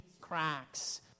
cracks